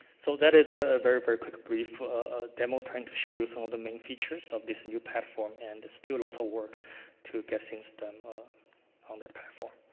so, that is a ah very, very quick brief ah demo, trying to show you some of the main features of this new platform and still a lot of work to get things on that platform.